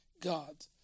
god